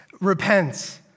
repents